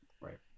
Right